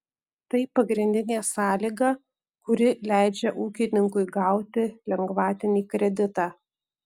tai pagrindinė sąlyga kuri leidžia ūkininkui gauti lengvatinį kreditą